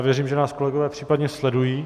Věřím, že nás kolegové případně sledují.